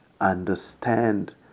understand